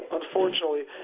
unfortunately